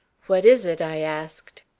what is it? i asked.